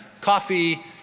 coffee